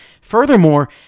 Furthermore